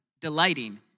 delighting